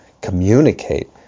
communicate